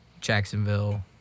Jacksonville